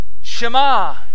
Shema